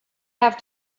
have